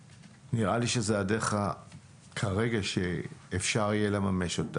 כרגע נראה לי שזאת דרך שאפשר יהיה לממש אותה.